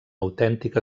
autèntica